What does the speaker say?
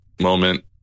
moment